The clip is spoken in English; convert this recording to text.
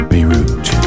Beirut